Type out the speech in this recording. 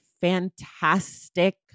fantastic